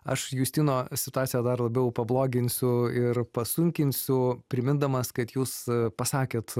aš justino situaciją dar labiau pabloginsiu ir pasunkinsiu primindamas kad jūs pasakėt